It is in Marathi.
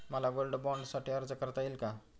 मला गोल्ड बाँडसाठी अर्ज करता येईल का?